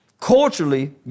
culturally